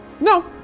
No